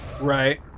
Right